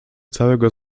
całego